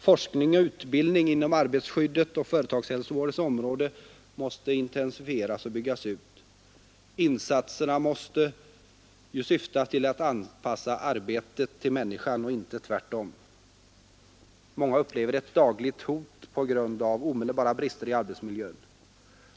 Forskning och utbildning inom arbetsskyddet och på företagshälsovårdens område måste intensifieras och byggas ut. Insatserna måste ju syfta till att anpassa arbetet till människan och inte tvärtom. Många upplever ett dagligt hot på grund av omedelbara brister i arbetsmiljön.